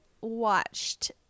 watched